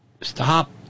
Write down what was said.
stop